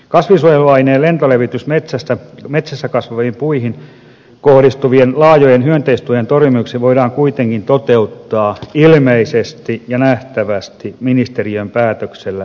kasvinsuojeluaineen lentolevitys metsässä kasvaviin puihin kohdistuvien laajojen hyönteistuhojen torjumiseksi voidaan kuitenkin toteuttaa ilmeisesti ja nähtävästi ministeriön päätöksellä metsäkeskuksen esityksestä